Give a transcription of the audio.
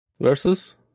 Versus